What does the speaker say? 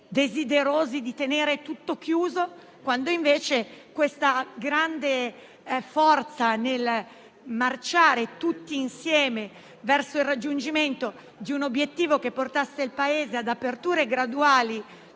desiderosi di tenere tutto chiuso, quando invece la grande forza nel marciare tutti insieme verso il raggiungimento di un obiettivo che portasse il Paese ad aperture graduali